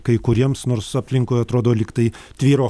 kai kuriems nors aplinkui atrodo lyg tai tvyro